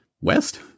West